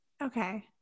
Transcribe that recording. Okay